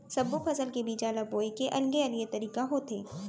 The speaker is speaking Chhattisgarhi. सब्बो फसल के बीजा ल बोए के अलगे अलगे तरीका होथे